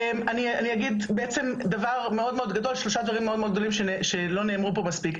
אני אגיד בעצם שלושה דברים מאוד גדולים שלא נאמרו פה מספיק.